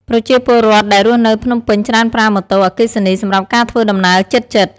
ប្រជាពលរដ្ឋដែលរស់នៅភ្នំពេញច្រើនប្រើម៉ូតូ អគ្គិសនីសម្រាប់ការធ្វើដំណើរជិតៗ។